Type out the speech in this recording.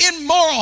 immoral